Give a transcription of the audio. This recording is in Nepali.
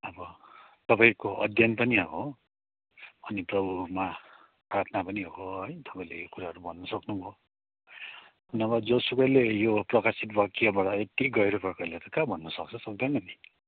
अब तपाईँको अध्ययन पनि हो अनि प्रभुमा प्रार्थना पनि हो है तपाईँले यो कुराहरू भन्नु सक्नुभयो नभए जोसुकैले यो प्रकाशित वाक्यबाट यति गहिरो प्रकारले त कहाँ भन्नु सक्छ सक्दैन नि